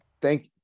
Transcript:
Thank